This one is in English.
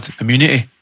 immunity